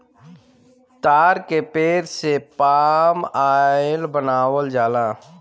ताड़ के पेड़ से पाम आयल बनावल जाला